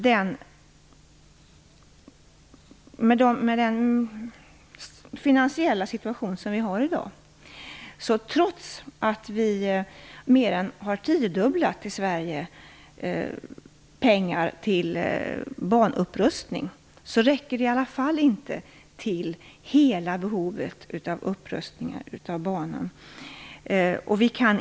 På grund av den finansiella situationen i dag så räcker inte medlen, trots att vi i Sverige mer än tiodubblat pengarna till banupprustning, till behovet av upprustning av hela banan.